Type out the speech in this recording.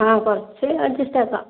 അഹ് കുറച്ച് അഡ്ജസ്റ്റ് ആക്കാം